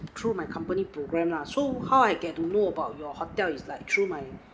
through my company program lah so how I get to know about your hotel is like through my